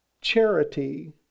charity